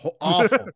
Awful